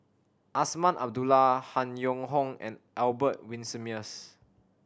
Azman Abdullah Han Yong Hong and Albert Winsemius